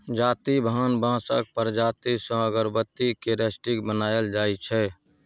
जाति भान बाँसक प्रजाति सँ अगरबत्ती केर स्टिक बनाएल जाइ छै